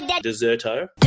Deserto